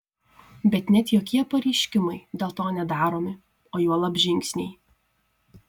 bet net jokie pareiškimai dėl to nedaromi o juolab žingsniai